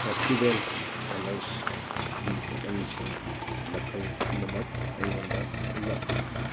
festivals colours ꯀꯤ ꯄꯣꯠꯂꯝꯁꯤꯡꯒꯤ ꯃꯈꯜ ꯄꯨꯝꯅꯃꯛ ꯑꯩꯉꯣꯟꯗ ꯎꯠꯂꯛꯎ